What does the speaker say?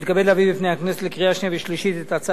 אושרה בקריאה השלישית, והחוק יירשם בספר החוקים.